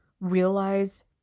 realize